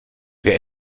wer